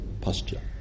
posture